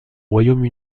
royaume